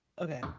okay